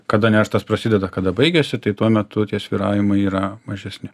kada nerštas prasideda kada baigiasi tai tuo metu tie svyravimai yra mažesni